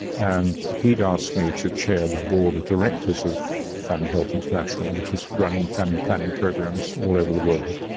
and he had asked me to chair the board of directors of family health international, which is running family planning programs all over the world.